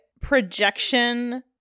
projection